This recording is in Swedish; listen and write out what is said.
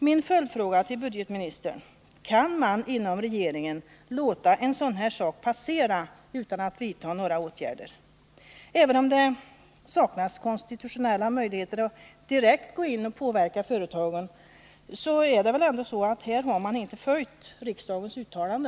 Min följdfråga till budgetministern är: Kan man inom regeringen låta en sådan här sak passera utan att vidta några åtgärder, även om det saknas konstitutionella möjligheter att direkt gå in och påverka företagen? Det är väl ändå ett faktum att man i detta fall inte har följt riksdagens uttalande.